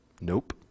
Nope